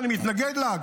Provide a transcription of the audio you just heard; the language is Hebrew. שאני מתנגד לה,